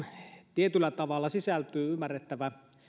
tietyllä tavalla sisältyy ymmärrettävä